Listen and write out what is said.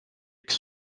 üks